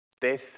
death